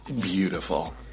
beautiful